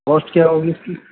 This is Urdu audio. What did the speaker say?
کاسٹ کیا ہوگی اس کی